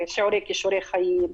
שיעורי כישורי חיים.